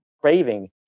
craving